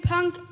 Punk